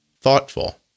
thoughtful